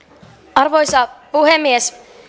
arvoisa puhemies